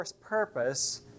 purpose